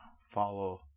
follow